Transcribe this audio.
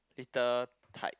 little tight